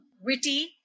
witty